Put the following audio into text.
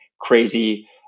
crazy